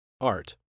art